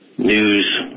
News